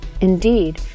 Indeed